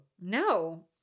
No